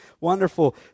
wonderful